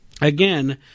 again